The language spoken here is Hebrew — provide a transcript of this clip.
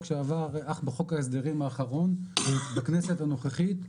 שעבר אך בחוק ההסדרים האחרון בכנסת הנוכחית.